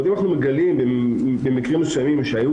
אם אנחנו מגלים במקרים מסוימים שהיו